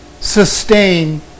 sustain